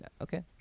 Okay